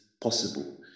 possible